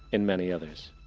and many others.